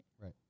Right